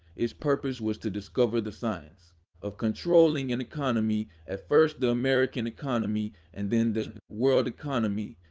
its purpose was to discover the science of controlling an economy at first the american economy, and then the world economy.